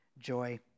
joy